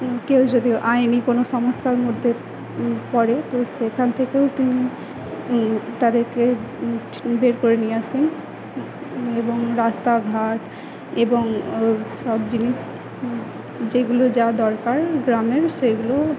কেউ যদি আইনি কোনো সমস্যার মধ্যে পড়ে তো সেখান থেকেও তিনি তাদেরকে বের করে নিয়ে আসেন এবং রাস্তাঘাট এবং সব জিনিস যেগুলো যা দরকার গ্রামের সেইগুলো